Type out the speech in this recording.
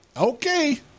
Okay